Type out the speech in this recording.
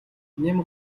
ням